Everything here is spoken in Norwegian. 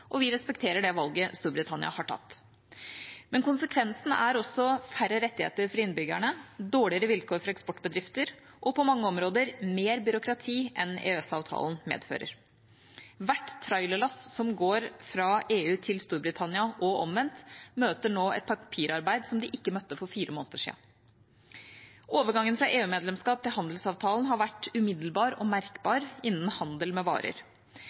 og vi respekterer det valget Storbritannia har tatt. Men konsekvensen er også færre rettigheter for innbyggerne, dårligere vilkår for eksportbedrifter og på mange områder mer byråkrati enn EØS-avtalen medfører. Hvert trailerlass som går fra EU til Storbritannia og omvendt, møter nå et papirarbeid som de ikke møtte for fire måneder siden. Overgangen fra EU-medlemskap til handelsavtalen har vært umiddelbar og merkbar innen handel med varer.